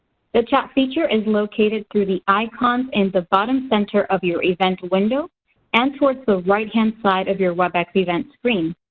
the chat feature is located through the icons in the bottom center of your event window and towards the right-hand side of your webex event screen.